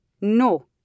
No